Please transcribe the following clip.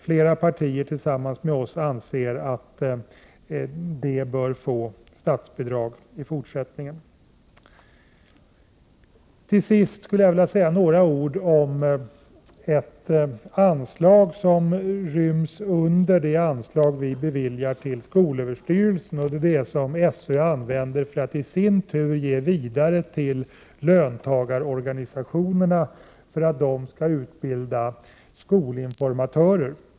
Flera partier anser tillsammans med oss att det i fortsättningen bör få statsbidrag. Till sist skulle jag vilja säga några ord om ett anslag som ryms under det anslag vi beviljar till skolöverstyrelsen, och det är det som SÖ använder för att i sin tur ge vidare till löntagarorganisationerna för att de skall utbilda skolinformatörer.